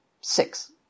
six